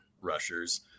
rushers